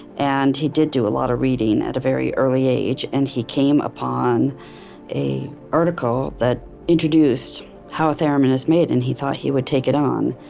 and he did do a lot of reading at a very early age, and he came upon an article that introduced how a theremin is made, and he thought he would take it on.